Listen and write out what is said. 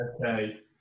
Okay